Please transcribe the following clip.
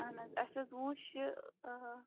اہن حظ اَسہِ حظ وُچھ یہِ